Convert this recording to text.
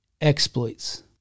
exploits